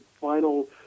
final